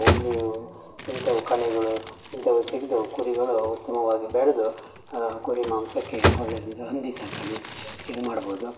ಹುಲ್ಲು ಇಂಥವು ಕಳೆಗಳು ಇಂಥವು ಸಿಗ್ದು ಕುರಿಗಳು ಉತ್ತಮವಾಗಿ ಬೆಳೆದು ಕುರಿ ಮಾಂಸಕ್ಕೆ ಒಳ್ಳೆಯದದು ಹಂದಿ ಸಾಕಣೆ ಇದು ಮಾಡ್ಬೋದು